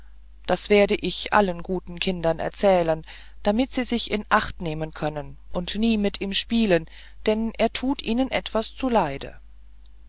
das werde ich allen guten kindern erzählen damit sie sich in acht nehmen können und nie mit ihm spielen denn er thut ihnen etwas zuleide